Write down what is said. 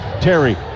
Terry